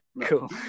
Cool